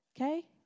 Okay